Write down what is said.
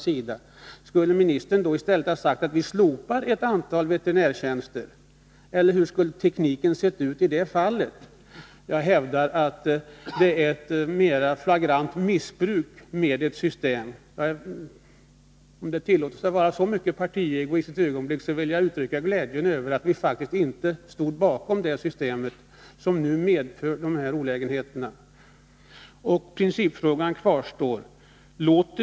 Skulle jordbruksministern i stället ha sagt att ett antal veterinärtjänster skulle slopas, eller vilken teknik skulle man ha använt? Jag hävdar att det här är fråga om ett flagrant missbruk av ett system. Om det tillåts mig att ett ögonblick vara partiegoistisk, vill jag uttrycka en glädje över att vi faktiskt inte stod bakom det system som nu medför de olägenheter som förekommer. Fortfarande kvarstår principfrågan.